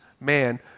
man